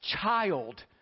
child